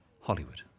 hollywood